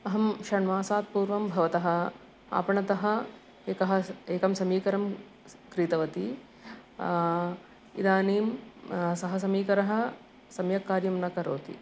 अहं षण्मासात् पूर्वं भवतः आपणतः एकः स एकं समीकरं क्रीतवती इदानीं सः समीकरः सम्यक् कार्यं न करोति